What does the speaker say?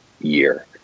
year